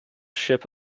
ship